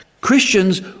Christians